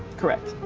correct.